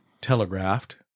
telegraphed